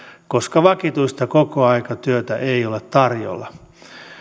koska vakituista kokoaikatyötä ei ole tarjolla